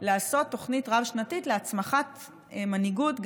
לעשות תוכנית רב-שנתית להצמחת מנהיגות,